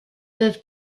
peuvent